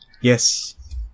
Yes